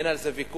אין על זה ויכוח,